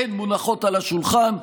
הן מונחות על השולחן,